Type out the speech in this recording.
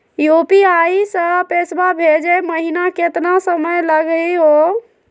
UPI स पैसवा भेजै महिना केतना समय लगही हो?